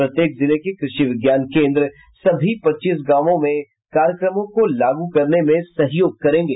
प्रत्येक जिले के कृषि विज्ञान केन्द्र सभी पच्चीस पच्चीस गांवों में कार्यक्रमों को लागू करने में सहयोग करेंगे